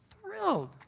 thrilled